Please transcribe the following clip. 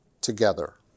together